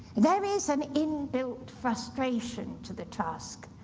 there is an in-built frustration to the task.